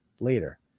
later